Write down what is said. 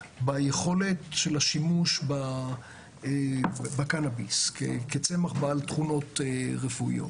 ביכולת של השימוש בקנביס כצמח בעל תכונות רפואיות.